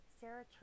Sarah